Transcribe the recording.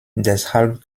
deshalb